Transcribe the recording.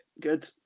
good